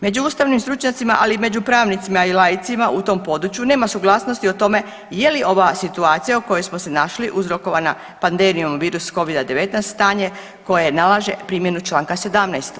Među ustavnim stručnjacima, ali i među pravnicima i laicima u tom području nema suglasnosti o tome je li ova situacija u kojoj smo se našli uzrokovana pandemijom virus covida-19, stanje koje nalaže primjenu čl. 17.